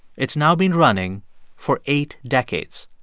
it's now been running for eight decades.